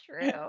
true